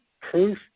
proof